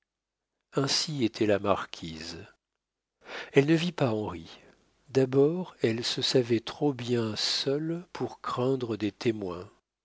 ainsi était la marquise elle ne vit pas henri d'abord elle se savait trop bien seule pour craindre des témoins